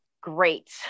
great